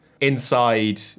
inside